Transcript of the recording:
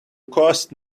cost